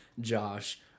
Josh